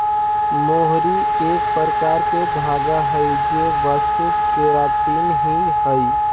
मोहरी एक प्रकार के धागा हई जे वस्तु केराटिन ही हई